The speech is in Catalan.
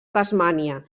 tasmània